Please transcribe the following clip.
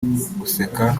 guseka